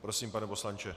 Prosím, pane poslanče.